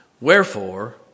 Wherefore